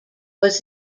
was